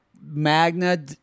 Magna